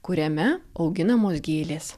kuriame auginamos gėlės